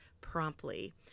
promptly